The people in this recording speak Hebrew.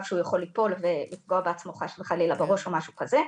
שהוא יכול ליפול ולפגוע בעצמו חס וחלילה בראש או משהו כזה.